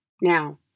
Now